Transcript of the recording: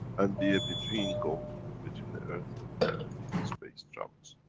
and be a between, go between the earth and the deep and space travels.